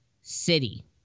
city